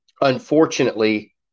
unfortunately